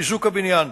חיזוק הבניין.